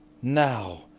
now,